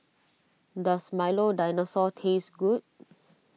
Does Milo Dinosaur taste good